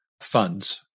funds